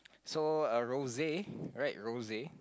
so uh rose right rose